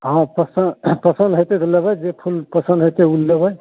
हाँ पस पसन्द हेतै तऽ लेबै जे फूल पसन्द हेतै ओ लेबै